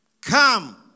Come